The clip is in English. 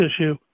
issue